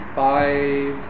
five